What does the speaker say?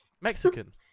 Mexican